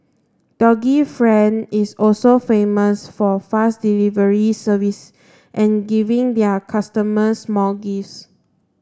doggy friend is also famous for fast delivery service and giving their customers small gifts